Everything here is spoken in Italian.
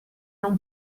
non